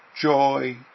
joy